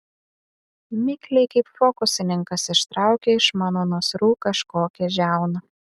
mikliai kaip fokusininkas ištraukė iš mano nasrų kažkokią žiauną